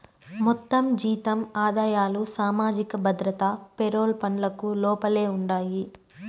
మొత్తం జీతం ఆదాయాలు సామాజిక భద్రత పెరోల్ పనులకు లోపలే ఉండాయి